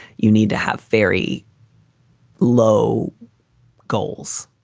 you need to have very low goals.